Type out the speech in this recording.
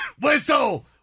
Whistle